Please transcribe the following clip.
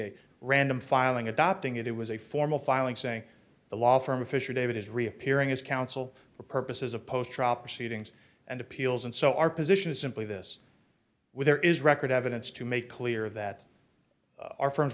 a random filing adopting it it was a formal filing saying the law firm fisher david is reappearing as counsel for purposes of post drop seedings and appeals and so our position is simply this when there is record evidence to make clear that our friends